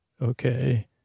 Okay